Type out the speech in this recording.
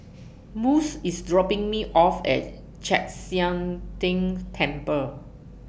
Mose IS dropping Me off At Chek Sian Tng Temple